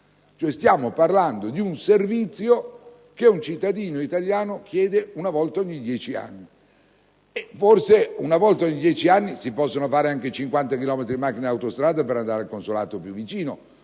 stiamo parlando di un servizio che un cittadino italiano chiede una volta ogni dieci anni. Forse una volta ogni dieci anni si possono anche percorrere 50 chilometri di autostrada per andare al consolato più vicino!